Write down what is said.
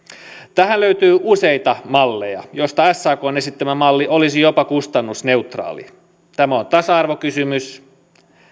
tähän löytyy useita malleja joista sakn esittämä malli olisi jopa kustannusneutraali tämä on tasa arvokysymys